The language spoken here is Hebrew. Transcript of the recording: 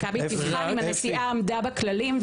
מכבי תבחן אם הנסיעה עמדה בכללים.